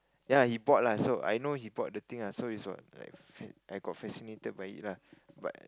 ya he bought lah so I know he bought the thing lah so is what I got fascinated by it lah